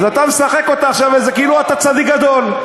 אז אתה משחק אותה עכשיו כאילו אתה צדיק גדול.